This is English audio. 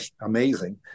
amazing